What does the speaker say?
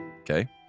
Okay